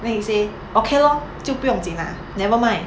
then he say okay lor 就不要紧 lah never mind